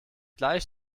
gleich